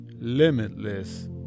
limitless